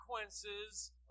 consequences